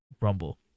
Rumble